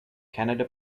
canada